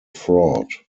fraud